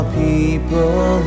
people